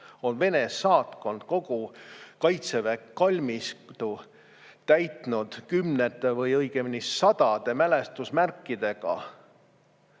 on Vene saatkond kogu Kaitseväe kalmistu täitnud kümnete või õigemini sadade mälestusmärkidega